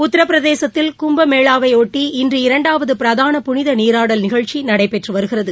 உத்தரப்பிரதேசத்தில் கும்பமேளாவை ஒட்டி இன்று இரண்டாவது பிராதன புனித நீராடல் நிகழ்ச்சி நடைபெற்று வருகிறது